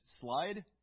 slide